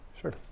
Sure